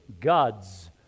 God's